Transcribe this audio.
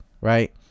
right